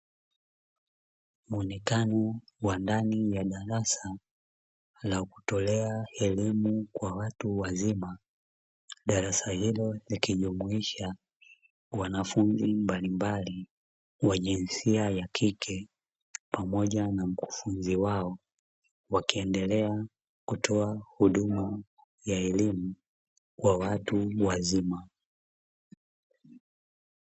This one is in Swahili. Muonekano wa ndani ya darasa la kutolea elimu kwa watu wazima, darasa hilo likijumuisha wanafunzi mbalimbali wa jinisia ya kike pamoja na mkufunzi wao, wakiendelea kutoa huduma ya elimu kwa watu wazima.